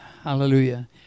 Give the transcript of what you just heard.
Hallelujah